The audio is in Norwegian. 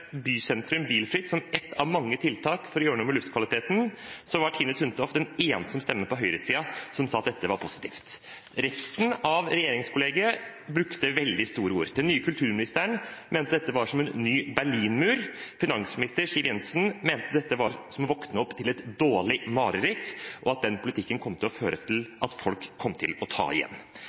noe med luftkvaliteten, var Tine Sundtoft den eneste som stemmer på høyresiden, som sa at dette var positivt. Resten av regjeringskollegiet brukte veldig store ord. Den nye kulturministeren mente dette var som en ny berlinmur. Finansminister Siv Jensen mente dette var som å våkne opp til et «dårlig mareritt», og at den politikken kom til å føre til at folk ville ta igjen. Jeg skal ikke spørre statsministeren hvordan denne regjeringen mener at folk skal ta igjen